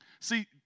See